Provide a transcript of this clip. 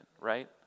right